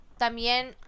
también